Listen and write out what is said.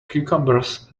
cucumbers